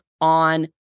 on